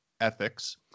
ethics